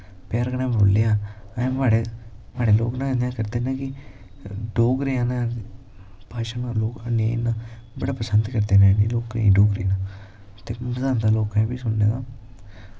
pure कन्नै बोलेआ अस बड़े बड़े लोग इयां करदै नै कि डोगरे ऐं ना भाशा नाल लोग नेह् न बड़ा पसंद करदे नै इनैं लोकें डोगरे लोग ते मज़ा आंदा लोकें बी सुनने दा